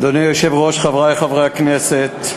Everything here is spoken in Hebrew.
אדוני היושב-ראש, חברי חברי הכנסת,